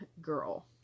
girl